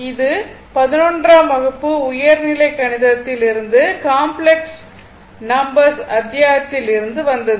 இது 11 ஆம் வகுப்பு உயர்நிலை கணிதத்தில் இருந்து காம்ப்ளக்ஸ் நம்பர்ஸ் அத்தியாயத்தில் இருந்து வந்தது